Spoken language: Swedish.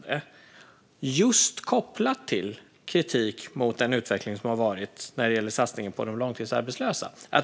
Det var just kopplat till kritik mot den utveckling som har varit när det gäller satsningen på de långtidsarbetslösa.